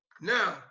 Now